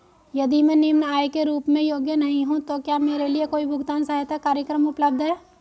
यदि मैं निम्न आय के रूप में योग्य नहीं हूँ तो क्या मेरे लिए कोई भुगतान सहायता कार्यक्रम उपलब्ध है?